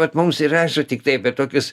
vat mums ir tiktai apie tokius